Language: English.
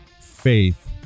faith